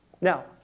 Now